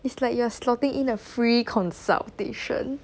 it's like you're slotting in a free consultation